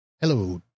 Hello